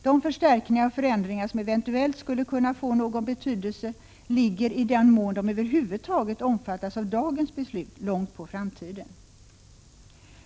De förstärkningar och förändringar som eventuellt skulle kunna få någon betydelse ligger, i den mån de över huvud taget omfattas av dagens beslut, långt in i framtiden.